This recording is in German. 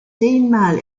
zehnmal